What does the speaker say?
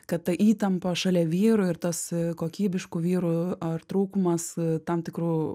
kad ta įtampa šalia vyrų ir tas kokybiškų vyrų ar trūkumas tam tikrų